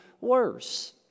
worse